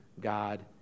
God